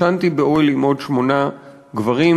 ישנתי באוהל עם עוד שמונה גברים,